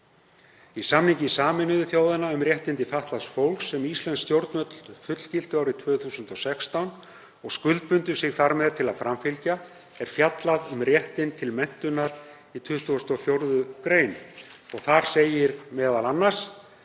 Í samningi Sameinuðu þjóðanna um réttindi fatlaðs fólks, sem íslensk stjórnvöld fullgiltu árið 2016 og skuldbundu sig þar með til að framfylgja, er fjallað um réttinn til menntunar í 24. gr. Þar segir meðal annars: